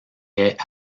est